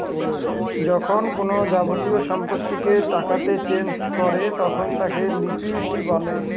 যখন কোনো যাবতীয় সম্পত্তিকে টাকাতে চেঞ করে তখন তাকে লিকুইডিটি বলে